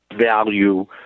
value